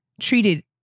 treated